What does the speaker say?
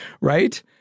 right